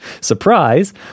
surprise